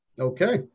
Okay